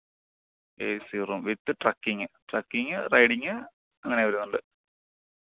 ഏ C room with trekking trekking riding അങ്ങനെ വരുന്നുണ്ട്